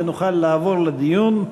ונוכל לעבור לדיון.